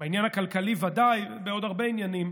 בעניין הכלכלי ודאי, ובעוד הרבה עניינים.